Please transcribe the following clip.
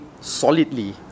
solidly